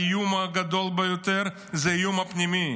האיום הגדול ביותר זה האיום הפנימי.